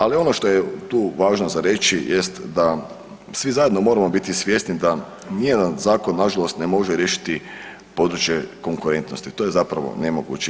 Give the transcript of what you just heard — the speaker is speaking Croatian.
Ali ono što je tu važno za reći jest da svi zajedno moramo biti svjesni da nijedan zakon nažalost ne može riješiti područje konkurentnosti, to je zapravo nemoguće.